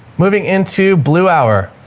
moving into blue hour,